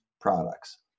Products